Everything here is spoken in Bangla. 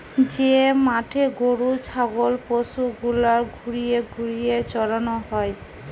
যে মাঠে গরু ছাগল পশু গুলার ঘুরিয়ে ঘুরিয়ে চরানো হয়